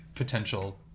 potential